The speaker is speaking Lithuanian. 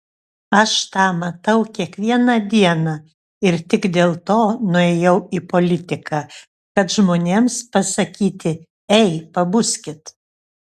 aš tą matau kiekvieną dieną ir tik dėl to nuėjau į politiką kad žmonėms pasakyti ei pabuskit